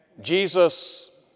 Jesus